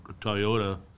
toyota